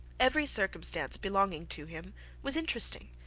every circumstance belonging to him was interesting.